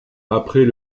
après